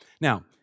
Now